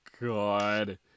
God